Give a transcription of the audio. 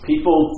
People